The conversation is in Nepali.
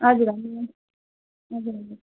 हजुर हजुर हजुर हजुर